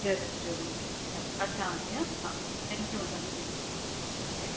ज़रूरु ज़रूरु हा अचांव थी आहे हा थैंक्यू